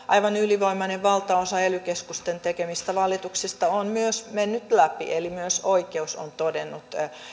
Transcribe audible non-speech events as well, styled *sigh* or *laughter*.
*unintelligible* aivan ylivoimainen valtaosa ely keskusten tekemistä valituksista on myös mennyt läpi eli myös oikeus on todennut lainvastaisiksi